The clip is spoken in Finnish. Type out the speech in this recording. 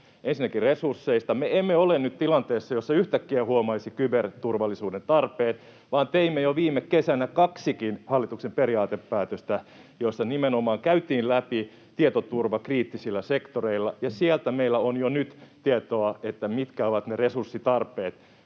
Ensinnäkin resursseista: me emme ole nyt tilanteessa, jossa yhtäkkiä huomaisi kyberturvallisuuden tarpeen, vaan teimme jo viime kesänä kaksikin hallituksen periaatepäätöstä, joissa nimenomaan käytiin läpi tietoturva kriittisillä sektoreilla, ja sieltä meillä on jo nyt tietoa, mitkä ovat ne resurssitarpeet